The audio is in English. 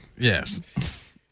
Yes